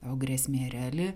o grėsmė reali